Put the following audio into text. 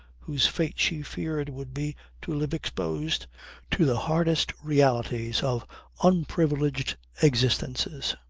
whose fate she feared would be to live exposed to the hardest realities of unprivileged existences.